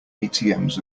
atms